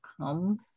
come